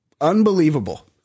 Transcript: Unbelievable